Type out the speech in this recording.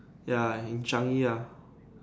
ya in Changi ya